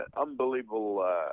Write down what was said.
unbelievable